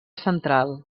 central